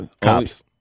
Cops